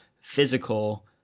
physical